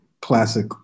classic